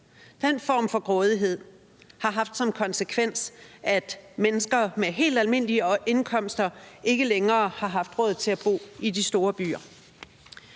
Den form for grådighed har haft som konsekvens, at mennesker med helt almindelige indkomster ikke længere har haft råd til at bo i de store byer.